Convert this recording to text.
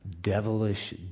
Devilish